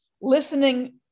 listening